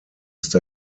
ist